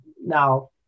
Now